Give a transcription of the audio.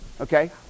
Okay